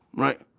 right?